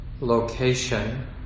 location